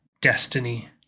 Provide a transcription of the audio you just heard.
Destiny